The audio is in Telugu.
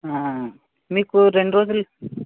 మీకు రెండు రోజులు